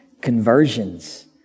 conversions